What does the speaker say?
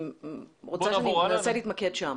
אני רוצה שננסה להתמקד שם.